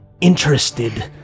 interested